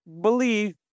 believe